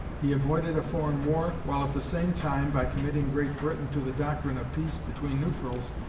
he avoided a foreign war, while at the same time, by committing great britain to the doctrine of peace between neutrals,